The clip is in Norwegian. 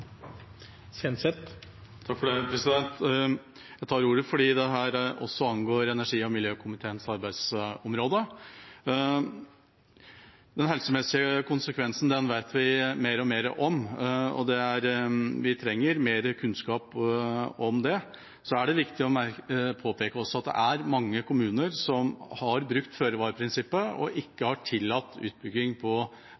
Jeg tar ordet fordi dette også angår energi- og miljøkomiteens arbeidsområde. Den helsemessige konsekvensen vet vi mer og mer om, og vi trenger mer kunnskap om den. Det er også viktig å påpeke at det er mange kommuner som har brukt føre-var-prinsippet og ikke